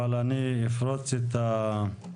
אבל אני אפרוץ את הסדר.